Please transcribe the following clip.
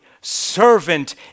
servant